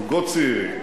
זוגות צעירים,